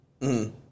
-hmm